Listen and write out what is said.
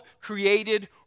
created